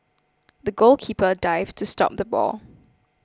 the goalkeeper dived to stop the ball